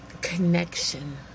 connection